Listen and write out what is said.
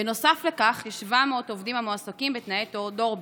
בנוסף לכך, יש 700 עובדים המועסקים בתנאי דור ב'.